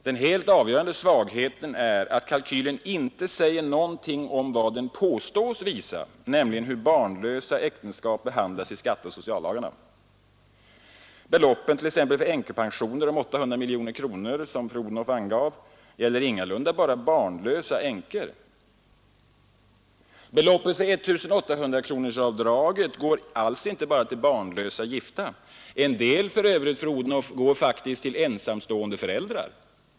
Den helt avgörande svagheten är att kalkylen inte visar något av vad den påstås visa, nämligen hur barnlösa äktenskap behandlas i skatteoch sociallagarna. Beloppen för t.ex. änkepensioner om 800 miljoner kronor gäller ingalunda bara barnlösa änkor. Beloppet för 1 800-kronorsavdraget går alls inte bara till barnlösa gifta. En del går faktiskt, fru Odhnoff, till ensamstående föräldrar.